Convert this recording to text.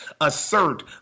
assert